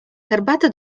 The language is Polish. herbaty